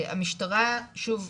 המשטרה שוב,